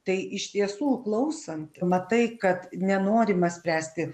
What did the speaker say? tai iš tiesų klausant matai kad nenorima spręsti